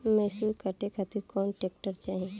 मैसूर काटे खातिर कौन ट्रैक्टर चाहीं?